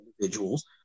individuals